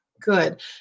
Good